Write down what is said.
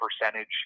percentage